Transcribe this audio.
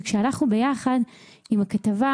וכשהלכנו ביחד עם הכתבה,